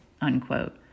unquote